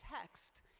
text